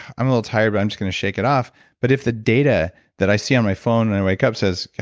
i'm a little tired but i'm just going to shake it off but if the data that i see on my phone when i wake up says, god,